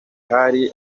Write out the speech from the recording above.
hari